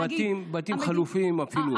זה בתים חלופיים אפילו.